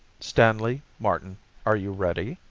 stanley, martin are you ready?